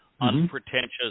unpretentious